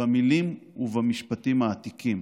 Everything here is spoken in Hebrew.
במילים ובמשפטים העתיקים